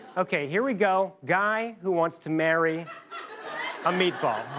okay. here we go. guy who wants to marry a meatball.